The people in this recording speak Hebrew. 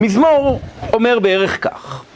מזמור אומר בערך כך